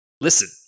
Listen